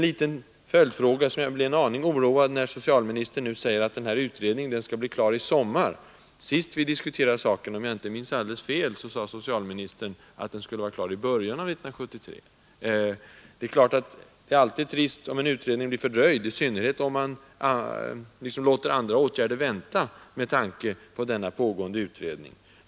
Jag blir emellertid en aning oroad när socialministern nu säger att utredningen skall bli klar i sommar. Senast vi diskuterade saken sade socialministern, om jag inte minns alldeles fel, att den skulle vara klar i början av 1973. Det är ju alltid trist om en utredning blir fördröjd, i synnerhet om man låter andra åtgärder vänta med tanke på denna pågående utredning.